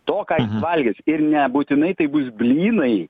to ką jis valgys ir nebūtinai tai bus blynai